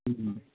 হুম